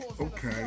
okay